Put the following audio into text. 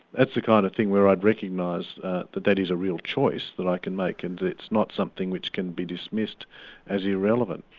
that's the kind of thing where i'd recognise that that is a real choice that i can make, and it's not something which can be dismissed as irrelevant.